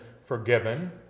forgiven